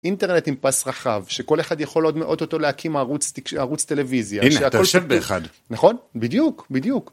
אינטרנט עם פאס רחב שכל אחד יכול עוד מאות אותו להקים ערוץ תקשור ערוץ טלוויזיה נכון בדיוק בדיוק.